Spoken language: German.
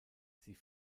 sie